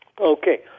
Okay